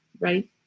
right